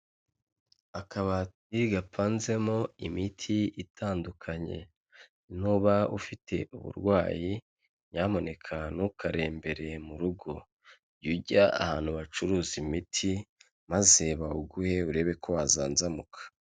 Akabati gapanzemo imiti itandukanye, nuba ufite uburwayi nyamuneka ntukarembere mu rugo, jya ujya ahantu bacuruza imiti, maze bawuguhe urebe ko wazanzamuka.